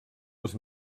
les